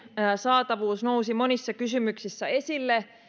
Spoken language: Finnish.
saatavuus nousi monissa kysymyksissä esille